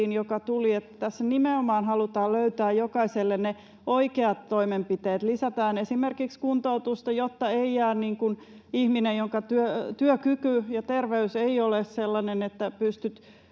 joka tuli, että tässä nimenomaan halutaan löytää jokaiselle ne oikeat toimenpiteet. Lisätään esimerkiksi kuntoutusta, jotta ihminen, jonka työkyky ja terveys ei ole sellainen, että pystyy